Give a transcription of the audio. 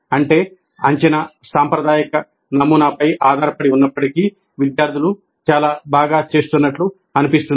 అంటే అంచనా సాంప్రదాయిక నమూనాపై ఆధారపడి ఉన్నప్పటికీ విద్యార్థులు చాలా బాగా చేస్తున్నట్లు అనిపిస్తుంది